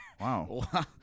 Wow